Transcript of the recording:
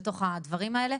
לתוך הדברים האלה.